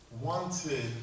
wanted